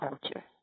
culture